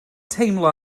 teimlo